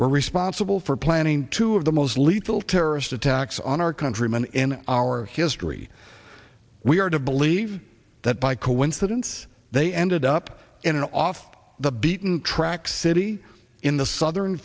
were responsible for planning two of the most lethal terrorist attacks on our countrymen in our history we are to believe that by coincidence they ended up in an off the beaten track city in the southern